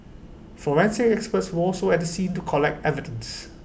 forensic experts were also at the scene to collect evidence